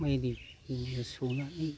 माइबो सौना होयो